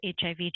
HIV